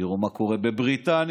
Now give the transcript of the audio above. תראו מה קורה בבריטניה,